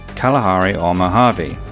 kalahari or mojave.